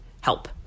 help